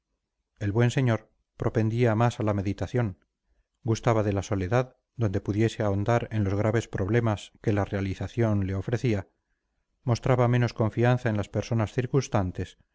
el buen señor propendía más a la meditación gustaba de la soledad donde pudiese ahondar en los graves problemas que la realización le ofrecía mostraba menos confianza en las personas